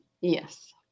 yes